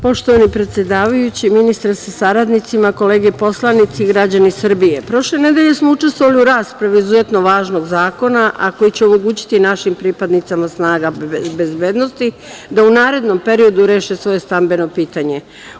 Poštovani predsedavajući, ministre sa saradnicima, kolege poslanici, građani Srbije, prošle nedelje smo učestvovali u raspravi izuzetno važnog zakona, a koji će omogućiti našim pripadnicima snaga bezbednosti da u narednom periodu reše svoje stambeno pitanje.